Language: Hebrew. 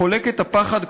חולק את הפחד,